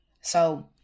So-